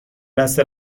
بسته